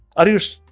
are you shi,